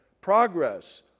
progress